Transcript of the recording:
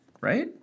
right